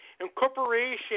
incorporation